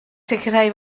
sicrhau